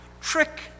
trick